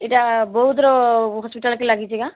ଏଇଟା ବଉଦ୍ର ହସ୍ପିଟାଲ୍କେ ଲାଗିଛେ କାଁ